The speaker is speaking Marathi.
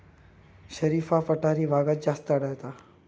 शरीफा पठारी भागात जास्त आढळता